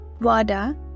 Wada